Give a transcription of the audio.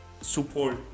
support